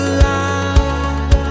life